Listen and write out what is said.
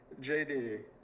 JD